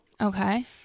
Okay